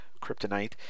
Kryptonite